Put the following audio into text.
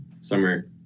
summer